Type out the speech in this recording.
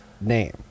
name